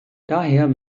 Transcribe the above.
daher